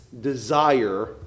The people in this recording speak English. desire